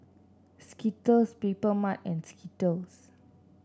Skittles Papermarket and Skittles